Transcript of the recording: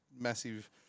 massive